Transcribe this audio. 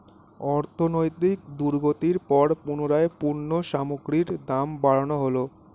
অর্থনৈতিক দুর্গতির পর পুনরায় পণ্য সামগ্রীর দাম বাড়ানো হলো